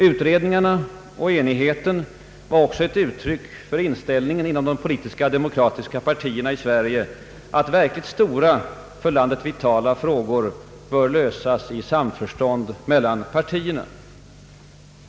Utredningarna och enigheten var också ett uttryck för inställningen inom de politiska demokratiska partierna i Sverige att verkligt stora, för landet vitala problem bör lösas i samförstånd mellan partierna.